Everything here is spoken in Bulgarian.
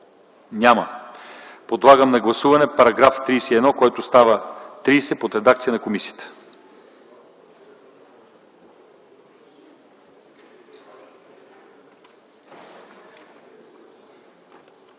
Няма. Подлагам на гласуване § 31, който става § 30 под редакция на комисията.